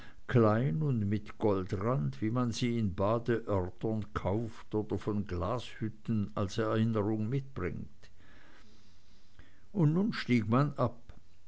klein und mit goldrand wie man sie in badeorten kauft oder von glashütten als erinnerung mitbringt und nun stieg man ab